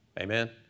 Amen